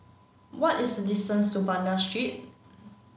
what is the distance to Banda Street